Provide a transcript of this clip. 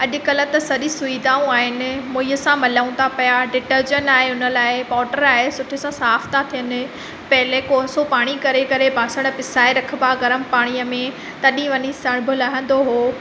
अॼुकल्ह त सॼी सुविधाऊं आहिनि मुईअ सां मलऊं था पिया डिटरजंट आहे उन लाइ पोट्र आहे सुठे सां साफ त थियनि पहले कोसो पाणी करे करे बासण पिसाए रखबा गरम पाणीअ में तॾहिं वञी सण्ब लहंदो हो